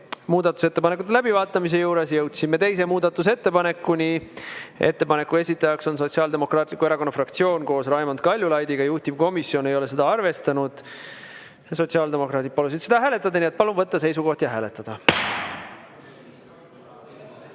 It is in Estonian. muudatusettepanekute läbivaatamise juures. Oleme jõudnud teise muudatusettepanekuni. Ettepaneku esitaja on Sotsiaaldemokraatliku Erakonna fraktsioon koos Raimond Kaljulaidiga, juhtivkomisjon ei ole seda arvestanud. Sotsiaaldemokraadid palusid seda hääletada. Nii et palun võtta seisukoht ja hääletada! Ettepanekut